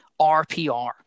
RPR